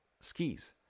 skis